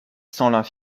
sent